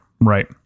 Right